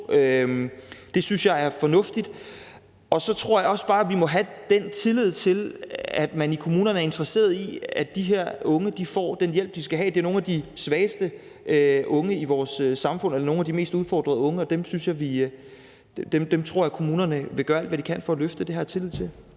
at kommunerne skal give to. Så tror jeg også bare, at vi må have den tillid til, at man i kommunerne er interesseret i, at de her unge får den hjælp, de skal have. Det er nogle af de svageste eller mest udfordrede unge i vores samfund, og dem tror jeg kommunerne vil gøre alt, hvad de kan, for at løfte. Det har jeg tillid til.